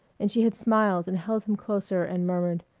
and she had smiled and held him closer and murmured,